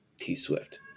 T-Swift